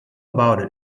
about